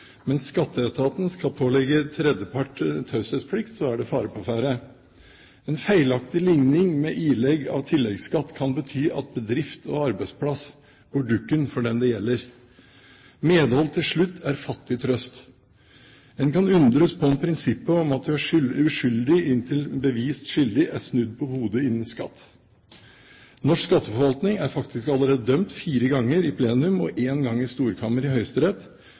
mens Skatteetaten skal kunne pålegge tredjepart taushetsplikt, er det fare på ferde. En feilaktig ligning med ilegg av tilleggsskatt kan bety at bedrift og arbeidsplass går dukken for den det gjelder. Medhold til slutt er fattig trøst. En kan undres på om prinsippet om at du er uskyldig inntil bevist skyldig, er snudd på hodet innen skatt. Norsk skatteforvaltning er faktisk allerede dømt fire ganger i plenum og én gang i Høyesterett i